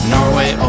Norway